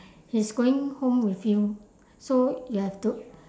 he's going home with you so you have to